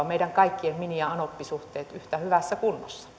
meidän kaikkien miniä ja anoppisuhteet yhtä hyvässä kunnossa